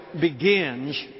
begins